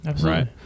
right